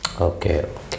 okay